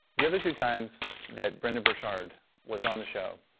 the other two times that brendon burchard was on the show,